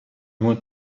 want